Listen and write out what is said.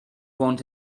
want